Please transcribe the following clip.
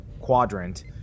Quadrant